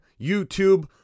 YouTube